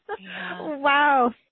Wow